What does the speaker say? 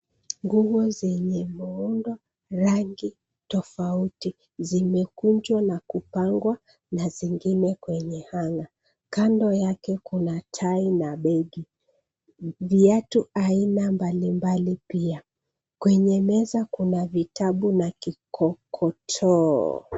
Nguo zenye muundo, rangi, tofauti, zimekunjwa na kupangwa na zingine kwenye hanger . Kando yake kuna tai na begi, viatu aina mbalimbali pia. Kwenye meza kuna vitabu na kikokotoo.